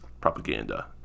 Propaganda